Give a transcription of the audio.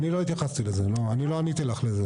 אני לא עניתי לך לזה.